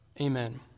amen